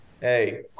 Hey